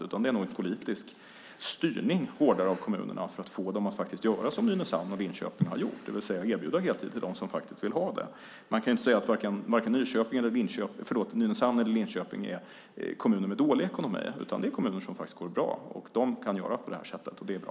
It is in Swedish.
Det behövs nog en hårdare politisk styrning av kommunerna för att få dem att göra som Nynäshamn och Linköping har gjort och erbjuda heltid till dem som vill ha det. Man kan inte säga att vare sig Nynäshamn eller Linköping är kommuner med dålig ekonomi, utan det är kommuner som går bra. De kan göra på det här sättet, och det är bra.